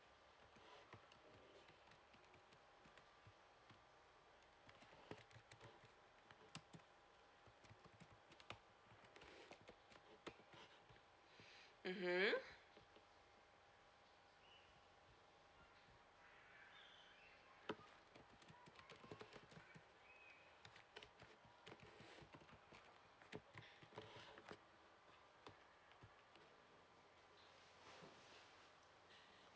mmhmm